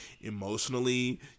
emotionally